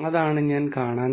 deep നെറ്റ്വർക്കുകളും മറ്റും ഉണ്ട്